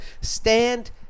stand